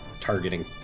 targeting